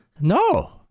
No